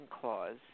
clause